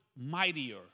mightier